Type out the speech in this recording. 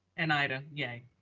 and ida. yay.